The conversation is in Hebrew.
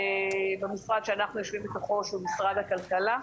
במשרד שאנחנו יושבים בתוכו שהוא משרד הכלכלה.